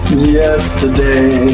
Yesterday